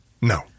No